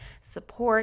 support